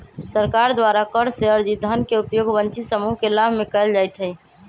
सरकार द्वारा कर से अरजित धन के उपयोग वंचित समूह के लाभ में कयल जाईत् हइ